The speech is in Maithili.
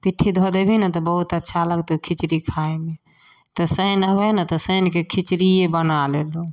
पिट्ठी धऽ देबही ने तऽ बहुत अच्छा लगतै खिचड़ी खायमे तऽ शैन आबय ने तऽ शैनके खिचड़ीये बना लेलहुॅं